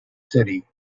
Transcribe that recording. city